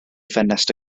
ffenest